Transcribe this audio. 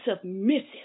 submissive